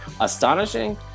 astonishing